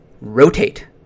Rotate